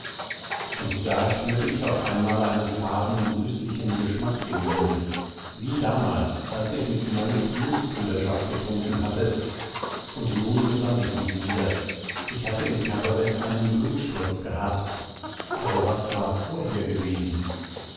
und da spürte ich auf einmal einen faden süßlichen geschmack im munde wie damals als ich mit munk blutsbrüderschaft getrunken hatte und nun besann ich mich wieder ich hatte im kabarett einen blutsturz gehabt aber was war vorher gewesen